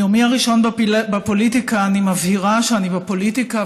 מיומי הראשון בפוליטיקה אני מבהירה שאני בפוליטיקה